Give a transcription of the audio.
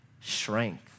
strength